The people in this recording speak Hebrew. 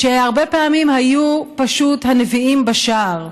שהרבה פעמים היו פשוט הנביאים בשער.